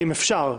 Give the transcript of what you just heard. אם אפשר,